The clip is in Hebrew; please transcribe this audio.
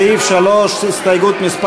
הסתייגות מס'